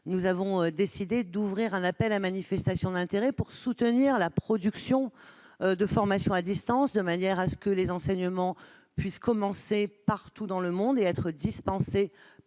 avons décidé d'ouvrir un appel à manifestation d'intérêt pour soutenir la production de formations à distance, de sorte que les enseignements puissent commencer et être dispensés